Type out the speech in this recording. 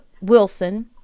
Wilson